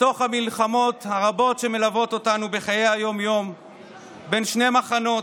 בתוך המלחמות הרבות שמלוות אותנו בחיי היום-יום בין שני מחנות,